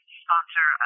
sponsor